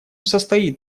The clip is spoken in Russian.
состоит